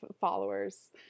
followers